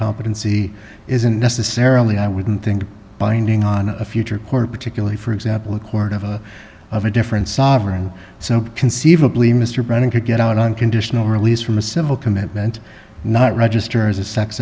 incompetency isn't necessarily i wouldn't think binding on a future court particularly for example a court of a of a different sovereign so conceivably mr browning could get out on conditional release from a civil commitment not register as a sex